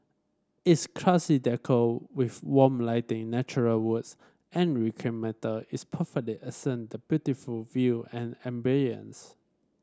its classy decor with warm lighting natural woods and reclaimed metal is accent the beautiful view and ambiance